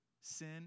sin